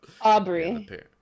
aubrey